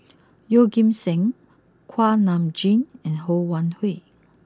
Yeoh Ghim Seng Kuak Nam Jin and Ho Wan Hui